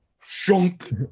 shunk